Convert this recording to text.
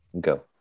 go